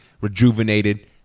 rejuvenated